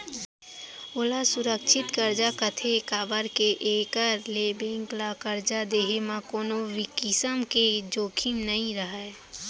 ओला सुरक्छित करजा कथें काबर के एकर ले बेंक ल करजा देहे म कोनों किसम के जोखिम नइ रहय